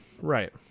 right